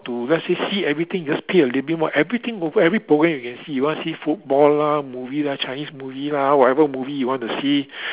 to let's say see everything you just pay a little bit more everything also every program you can see ypu want see football lah movie lah Chinese movie lah whatever movie you want to see